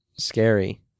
scary